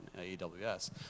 AWS